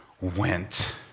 went